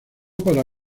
para